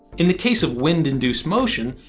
in the case of wind-induced motion,